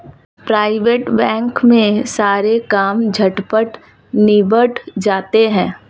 private bank में सारे काम झटपट निबट जाते हैं